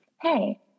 hey